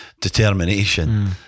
determination